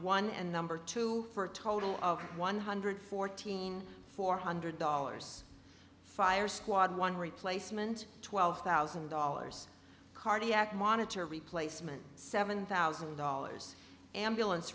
one and number two for a total of one hundred fourteen four hundred dollars fire squad one replacement twelve thousand dollars cardiac monitor replacement seven thousand dollars ambulance